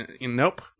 Nope